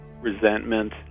resentment